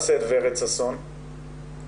יועצת לקידום מעמד האישה בעיריית באר שבע וחברת הנהלה